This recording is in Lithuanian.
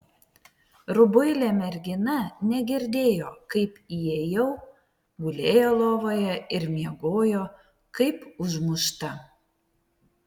rubuilė mergina negirdėjo kaip įėjau gulėjo lovoje ir miegojo kaip užmušta